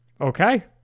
Okay